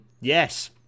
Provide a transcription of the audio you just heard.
yes